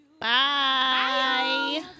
Bye